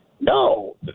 no